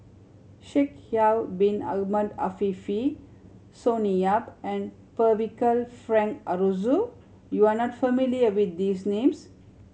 Shaikh Yahya Bin Ahmed Afifi Sonny Yap and Percival Frank Aroozoo you are not familiar with these names